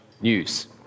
news